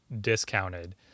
discounted